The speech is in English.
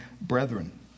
brethren